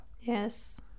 Yes